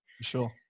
sure